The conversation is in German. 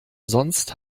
sonst